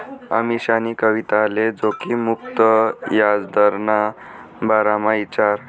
अमीशानी कविताले जोखिम मुक्त याजदरना बारामा ईचारं